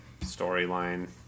storyline